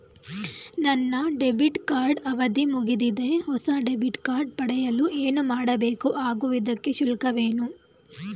ನನ್ನ debit card ಅವಧಿ ಮುಗಿದಿದೆ ಹೊಸ ಡೆಬಿಟ್ ಕಾರ್ಡ್ ಪಡೆಯಲು ಏನು ಮಾಡಬೇಕು ಹಾಗೂ ಇದಕ್ಕೆ ಶುಲ್ಕವೇನು?